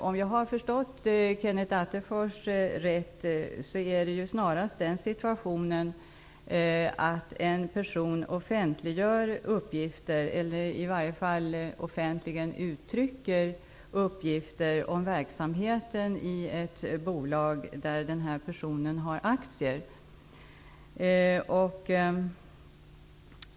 Om jag har förstått Kenneth Attefors rätt gäller det här fallet snarare en situation då en person offentliggör, eller i varje fall offentligen uttrycker, uppgifter om verksamheten i ett bolag där den personen har aktier.